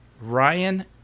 Ryan